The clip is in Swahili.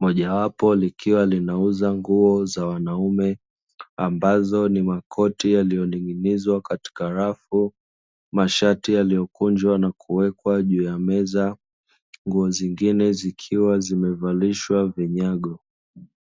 Mojawapo likiwa linauza nguo za wanaume ambazo ni makoti yaliyoining'inizwa katika rafu, mashati yaliyokunjwa na kuwekwa juu ya meza, nguo zingine zikiwa zimevalishwa vinyago.